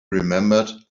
remembered